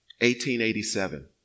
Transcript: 1887